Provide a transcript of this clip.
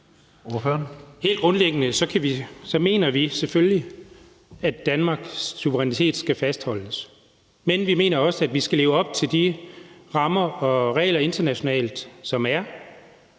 Helt grundlæggende mener vi selvfølgelig, at Danmarks suverænitet skal fastholdes. Men vi mener også, at vi skal leve op til de rammer og regler, som der